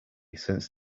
since